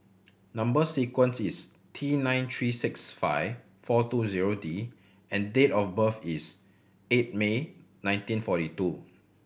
number sequence is T nine three six five four two zero D and date of birth is eight May nineteen forty two